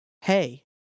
Hey